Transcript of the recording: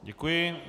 Děkuji.